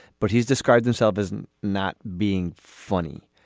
but he's described himself as and not being funny.